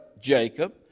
Jacob